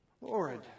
Lord